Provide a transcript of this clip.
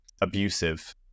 abusive